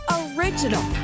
original